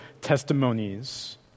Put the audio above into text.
testimonies